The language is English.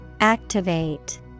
Activate